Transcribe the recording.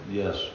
yes